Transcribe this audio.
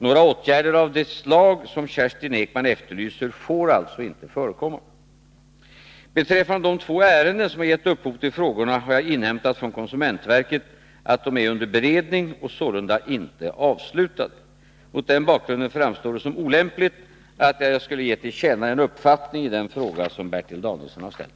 Några åtgärder av det slag som Kerstin Ekman efterlyser får alltså inte förekomma. Beträffande de två ärenden som har gett upphov till frågorna har jag inhämtat från konsumentverket att de är under beredning och sålunda inte avslutade. Mot denna bakgrund framstår det som olämpligt att jag skulle ge till känna en uppfattning när det gäller den fråga som Bertil Danielsson har ställt.